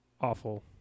awful